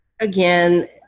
again